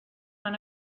van